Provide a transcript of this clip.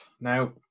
Now